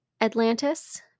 Atlantis